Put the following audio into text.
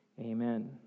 Amen